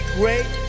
great